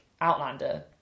outlander